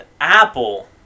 Apple